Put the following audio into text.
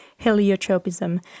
Heliotropism